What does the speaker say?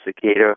cicada